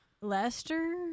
Lester